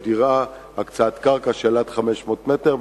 הקצאת קרקע של עד 500 מטר,